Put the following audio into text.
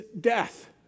death